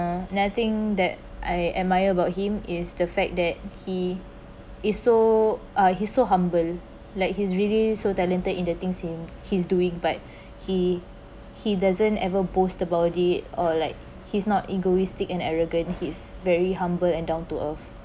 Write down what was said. another thing that I admire about him is the fact that he is so uh he so humble like he's really so talented in the thing in he's doing but he he doesn't ever booster it or like he's not egoistic and arrogant he’s very humble and down to earth